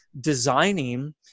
designing